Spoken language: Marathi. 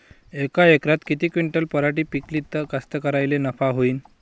यका एकरात किती क्विंटल पराटी पिकली त कास्तकाराइले नफा होईन?